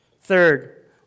Third